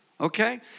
okay